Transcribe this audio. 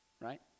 right